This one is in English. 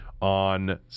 on